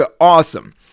awesome